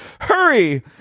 Hurry